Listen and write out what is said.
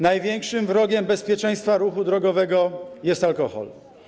Największym wrogiem bezpieczeństwa ruchu drogowego jest alkohol.